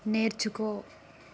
నేర్చుకో